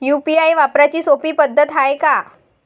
UPI वापराची सोपी पद्धत हाय का?